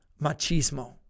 machismo